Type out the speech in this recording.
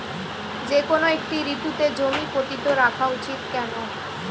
যেকোনো একটি ঋতুতে জমি পতিত রাখা উচিৎ কেন?